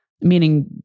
Meaning